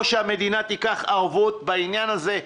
או שהמדינה תיקח ערבות בעניין הזה.